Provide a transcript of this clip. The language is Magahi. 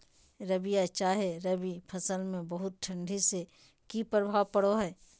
रबिया चाहे रवि फसल में बहुत ठंडी से की प्रभाव पड़ो है?